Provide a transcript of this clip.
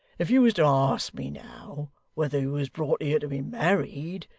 if you was to ask me, now, whether you was brought here to be married,